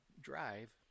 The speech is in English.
drive